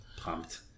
Pumped